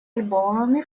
альбомами